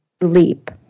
leap